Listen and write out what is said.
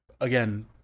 again